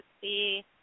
see